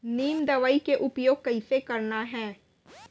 नीम दवई के उपयोग कइसे करना है?